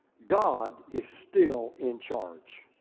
god is still in charge.